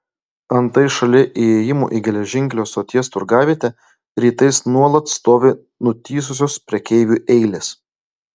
antai šalia įėjimų į geležinkelio stoties turgavietę rytais nuolat stovi nutįsusios prekeivių eilės